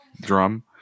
drum